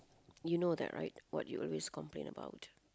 you know that right what you always complain about